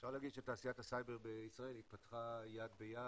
אפשר להגיד שתעשיית הסייבר בישראל התפתחה יד ביד